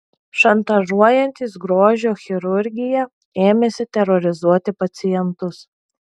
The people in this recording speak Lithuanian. šantažuojantys grožio chirurgiją ėmėsi terorizuoti pacientus